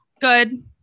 good